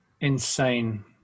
insane